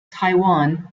taiwan